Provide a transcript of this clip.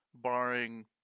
barring